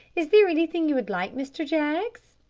is there anything you would like, mr. jaggs?